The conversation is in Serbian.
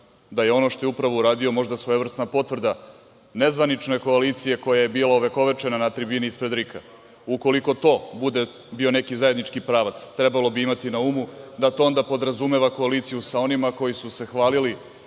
da je ono što je upravo uradio možda svojevrsna potvrda nezvanične koalicije, koja je bila ovekovečena na tribini ispred RIK-a. Ukoliko to bude bio neki zajednički pravac, trebalo bi imati na umu da to onda podrazumeva koaliciju sa onima koji su se hvalili